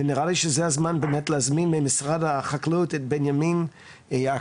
ונראה לי שזה הזמן באמת להזמין ממשרד החקלאות את בנימין יעקבי,